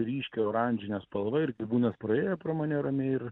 ryškia oranžine spalva ir gyvūnas praėjo pro mane ramiai ir